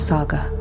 Saga